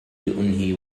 لأنهي